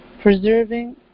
preserving